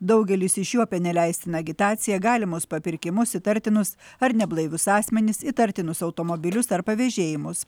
daugelis iš jų apie neleistiną agitaciją galimus papirkimus įtartinus ar neblaivius asmenis įtartinus automobilius ar pavėžėjimus